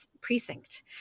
precinct